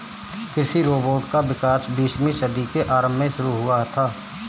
कृषि रोबोट का विकास बीसवीं सदी के आरंभ में शुरू हुआ था